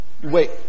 Wait